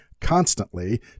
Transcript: constantly